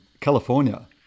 California